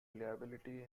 liability